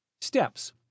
Steps